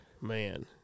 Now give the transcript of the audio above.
man